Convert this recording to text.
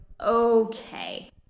okay